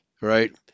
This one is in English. right